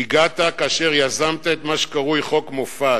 הגעת כאשר יזמת את מה שקרוי "חוק מופז".